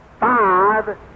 Five